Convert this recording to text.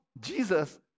Jesus